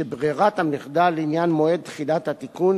שברירת המחדל לעניין מועד תחילת התיקון